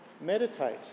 meditate